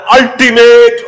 ultimate